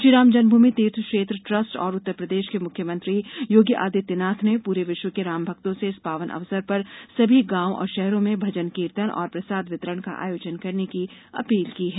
श्रीराम जन्मभूमि तीर्थ क्षेत्र ट्रस्ट और उत्तर प्रदेश के मुख्यमंत्री योगी आदित्यनाथ ने पूरे विश्व के राम भक्तों से इस पावन अवसर पर सभी गांव और शहरों में भजन कीर्तन और प्रसाद वितरण का आयोजन करने की अपील की है